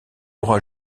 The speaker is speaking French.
aura